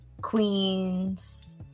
Queens